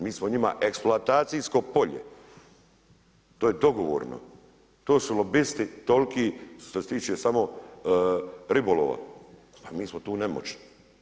Mi smo njima eksploatacijsko polje, to je dogovorno, to su lobisti toliki što se tiče samo ribolova, pa mi smo tu nemoćni.